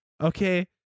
okay